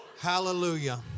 Hallelujah